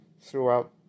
throughout